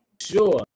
sure